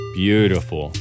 beautiful